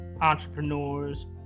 entrepreneurs